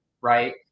right